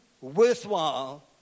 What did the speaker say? worthwhile